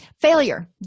failure